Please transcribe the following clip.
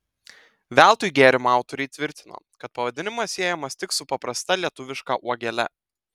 veltui gėrimo autoriai tvirtino kad pavadinimas siejamas tik su paprasta lietuviška uogele